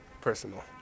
personal